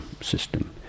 system